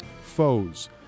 foes